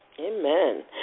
amen